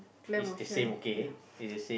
clam of shore yeah